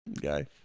guy